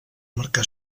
marcà